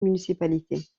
municipalités